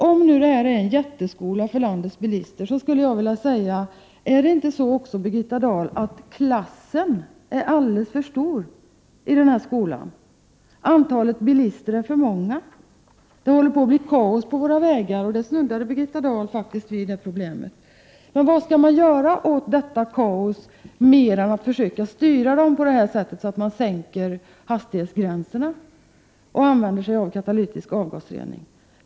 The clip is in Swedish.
Om det blir en jätteskola för landets bilister, vill jag fråga: Är inte klassen i denna skola alldeles för stor, Birgitta Dahl? Antalet bilister är för många. Det håller på att bli kaos på våra vägar, och det problemet snuddade faktiskt Birgitta Dahl vid. Vad skall man då göra åt detta kaos mer än att försöka styra bilisterna genom att sänka hastighetsgränserna och påbjuda katalytisk avgasrening?